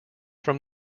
from